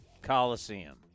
Coliseum